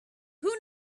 who